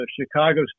Chicago